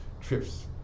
trips